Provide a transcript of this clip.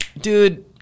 dude